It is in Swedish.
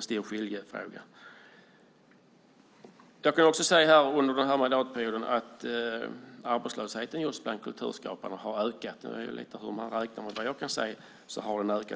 stor skiljefråga. Under mandatperioden har arbetslösheten bland kulturskaparna ökat. Det beror lite grann på hur man räknar, men vad jag kan se har den ökat.